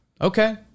Okay